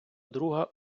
друга